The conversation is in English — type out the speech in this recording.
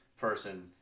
person